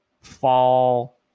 fall